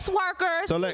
workers